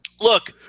look